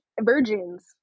Virgins